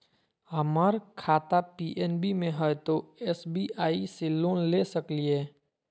हमर खाता पी.एन.बी मे हय, तो एस.बी.आई से लोन ले सकलिए?